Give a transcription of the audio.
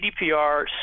GDPR